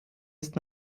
ist